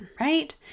right